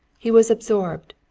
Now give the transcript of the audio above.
he was absorbed,